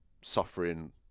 suffering